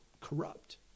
corrupt